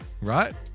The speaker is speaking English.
right